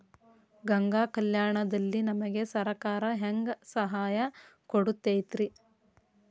ಗಂಗಾ ಕಲ್ಯಾಣ ದಲ್ಲಿ ನಮಗೆ ಸರಕಾರ ಹೆಂಗ್ ಸಹಾಯ ಕೊಡುತೈತ್ರಿ?